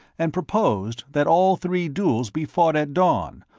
and proposed that all three duels be fought at dawn,